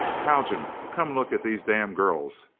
haljan, come look at these damn girls!